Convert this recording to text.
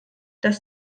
dass